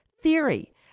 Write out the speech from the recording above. theory